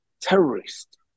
terrorist